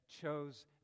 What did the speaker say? chose